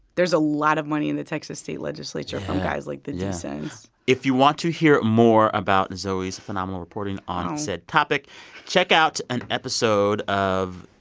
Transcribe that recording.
there's a lot of money in the texas state legislature from guys like the deasons if you want to hear more about zoe's phenomenal reporting on said topic check out an episode of.